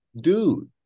dude